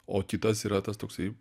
o kitas yra tas toksai